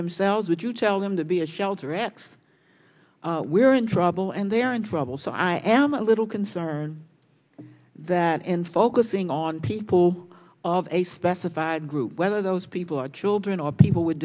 themselves would you tell them to be a shelter x we're in trouble and they are in trouble so i am a little concerned that and focusing on people of a specified group whether those people are children or people with